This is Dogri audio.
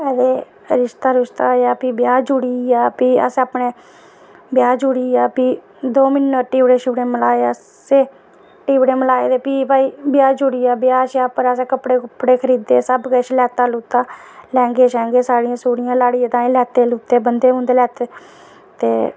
ते रिश्ता होआ ते भी ब्याह् जुड़ी गेआ ते भी अपने ब्याह् जुड़ी गेआ भी ते दो म्हीने टिपड़े मिलाये असें ते भी भई ब्याह् जुड़ी गेआ ते ब्याह् पर असें कपड़े खरीदे सबकिश लैता लैंह्गे साड़ियां लाड़ियै ताईं लैते ते बन्धे लैते ते